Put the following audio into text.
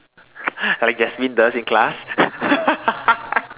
how like Jasmine does in class